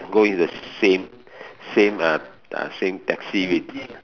go in the same same uh same taxi with